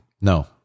No